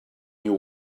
you